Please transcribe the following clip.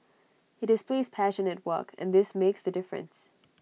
he displays passion at work and this makes the difference